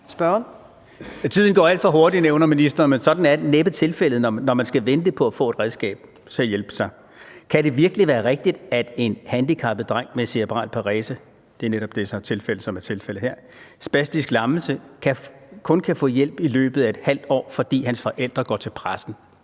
Tiden går alt for hurtigt, nævner ministeren. Men det er næppe tilfældet, når man skal vente på at få et redskab til at hjælpe sig. Kan det virkelig være rigtigt, at en handicappet dreng med cerebral parese – det er netop det, som er tilfældet her, altså spastisk lammelse – kun kan få hjælp i løbet af et halvt år, fordi hans forældre går til pressen?